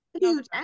Huge